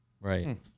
Right